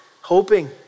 hoping